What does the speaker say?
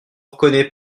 reconnais